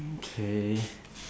okay